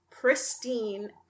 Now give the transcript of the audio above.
pristine